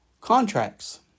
contracts